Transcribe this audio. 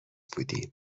بودیم